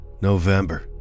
November